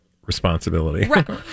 responsibility